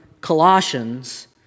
Colossians